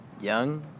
Young